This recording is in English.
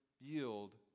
yield